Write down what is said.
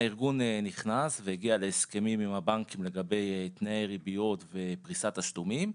הארגון נכנס והגיע להסכמים עם הבנקים לגבי תנאי ריביות ופריסת תשלומים,